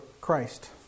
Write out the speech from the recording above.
Christ